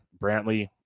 Brantley